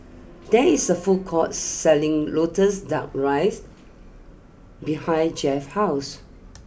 there is a food court selling Lotus Duck Rice behind Jett's house